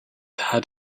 had